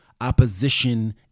opposition